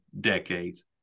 decades